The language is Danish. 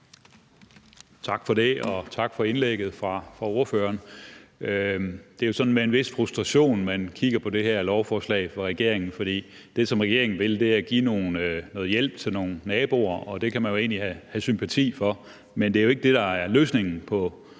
Tak for det, og tak for indlægget fra ordføreren. Det er jo sådan med en vis frustration, man kigger på det her lovforslag fra regeringen, for det, som regeringen vil, er at give noget hjælp til nogle naboer, og det kan man jo egentlig have sympati for, men det er jo ikke det, der er løsningen på